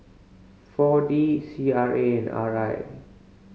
Four D C R A and R I